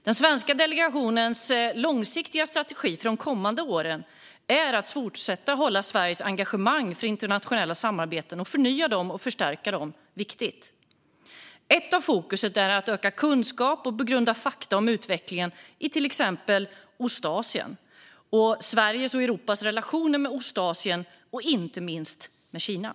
Den svenska delegationens långsiktiga strategi för de kommande åren är att fortsätta att upprätthålla Sveriges engagemang för internationella samarbeten. Det är viktigt att förnya dem och förstärka dem. Ett fokus är att öka kunskap och begrunda fakta om utvecklingen i till exempel Ostasien, Sveriges och Europas relationer med Ostasien och inte minst med Kina.